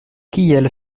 kiel